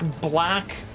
black